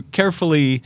carefully